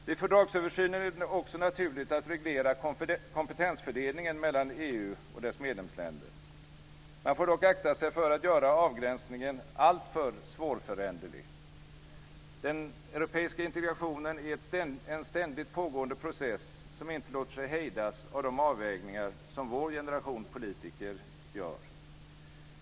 Vid fördragsöversynen är det också naturligt att reglera kompetensfördelningen mellan EU och dess medlemsländer. Man får dock akta sig för att göra avgränsningen alltför svårföränderlig. Den europeiska integrationen är en ständigt pågående process som inte låter sig hejdas av de avvägningar som vår generation politiker gör.